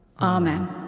Amen